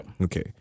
Okay